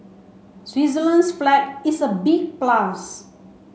Switzerland's flag is a big plus